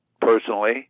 personally